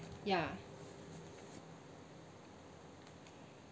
ya